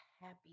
happy